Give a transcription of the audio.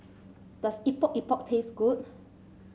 does Epok Epok taste good